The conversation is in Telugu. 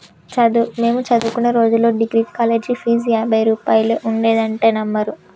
మేము చదువుకునే రోజుల్లో డిగ్రీకి కాలేజీ ఫీజు యాభై రూపాయలే ఉండేదంటే నమ్మరు